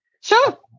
Sure